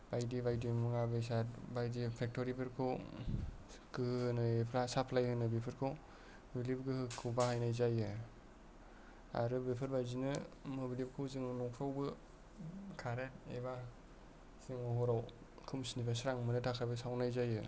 बायदि बायदि मुवा बेसाद बायदि फेक्टरिफोरखौ गोहो होनायफोरा सापलाइ होनो बेफोरखौ मोब्लिब गोहोखौ बाहायनाय जायो आरो बेफोरबादिनो मोब्लिबखौ जोङो न'फ्रावबो कारेन्ट एबा जोङो हराव खोमसिनिफ्राय स्रां मोननो थाखायबो सावनाय जायो